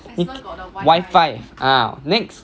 wifi ah next